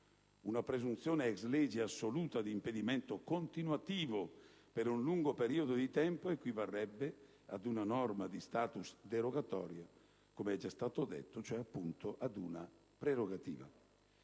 una presunzione *ex lege* assoluta di impedimento "continuativo" per un lungo periodo di tempo equivarrebbe ad una norma di *status* derogatoria, cioè appunto ad una prerogativa».